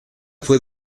fue